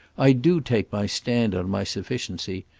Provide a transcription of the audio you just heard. i do take my stand on my sufficiency.